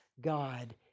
God